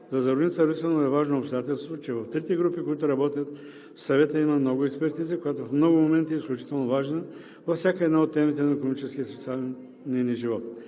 За Зорница Русинова е важно обстоятелството, че в трите групи, които работят в Съвета, има много експертиза, която в много моменти е изключително важна във всяка една от темите на